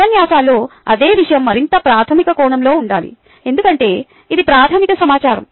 ఉపన్యాసాలలో అదే విషయం మరింత ప్రాధమిక కోణంలో ఉండాలి ఎందుకంటే ఇది ప్రాథమిక సమాచారం